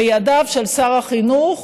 בידיו של שר החינוך,